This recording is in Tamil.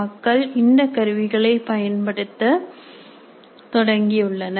மக்கள் இந்த கருவிகளை பயன்படுத்த தொடங்கியுள்ளனர்